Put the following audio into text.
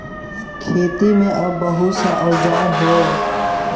खेती में अब बहुत सा औजार हौ